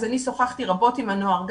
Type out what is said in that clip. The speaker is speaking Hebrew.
אז אני שוחחתי רבות עם הנוער.